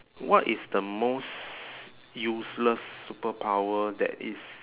what is the most useless superpower that is